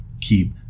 keep